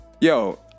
Yo